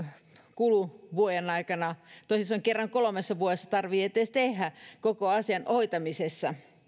kulu vuoden aikana toisin sanoen kerran kolmessa vuodessa tarvitsee edes tehdä jotain koko asian hoitamiseksi